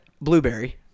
blueberry